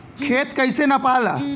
खेत कैसे नपाला?